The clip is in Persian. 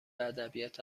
ادبیات